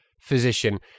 physician